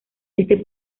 este